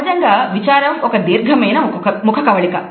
సహజంగా విచారం ఒక దీర్ఘమైన ముఖకవళిక